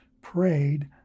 prayed